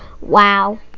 Wow